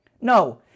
No